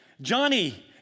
Johnny